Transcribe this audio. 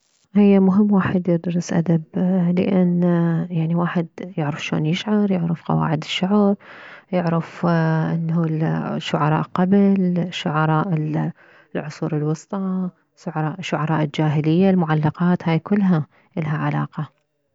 هي مهم واحد يدرس ادب لان يعني واحد يعرف شلون يشعر يعرف قواعد الشعر يعرف انه الشعراء قبل شعراء العصور الوسطى سعراء شعراء الجاهلية المعلقات هاي كلها الها علاقة